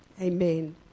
Amen